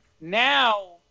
Now